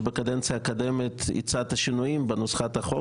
שבקדנציה הקודמת הצעת שינויים בנוסח החוק